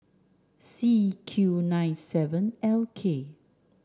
C Q nine seven L K